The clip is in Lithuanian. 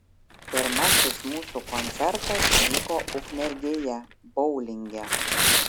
pirmasis mūsų koncertas vyko ukmergėje boulinge